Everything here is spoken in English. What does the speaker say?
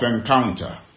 encounter